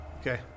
okay